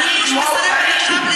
את בכלל לא